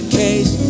case